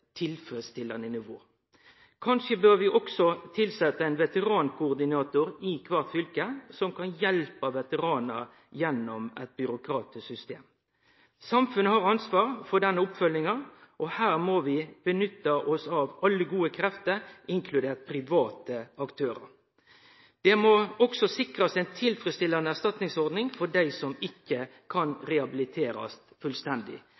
tilfredsstillande nivå. Kanskje bør vi også tilsetje ein veterankoordinator i kvart fylke som kan hjelpe veteranar gjennom eit byråkratisk system. Samfunnet har ansvar for denne oppfølginga, og her må vi nytte oss av alle gode krefter, inkludert private aktørar. Det må også sikrast ei tilfredsstillande erstatningsordning for dei som ikkje kan rehabiliterast fullstendig,